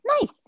nice